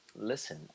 Listen